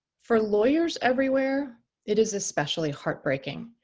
for lawyers everywhere it is especially heartbreaking,